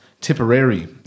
Tipperary